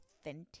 authentic